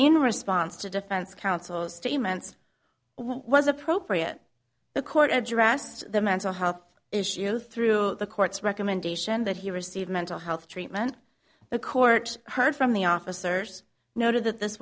in response to defense counsels to months was appropriate the court addressed the mental health issue through the courts recommendation that he received mental health treatment the court heard from the officers noted that this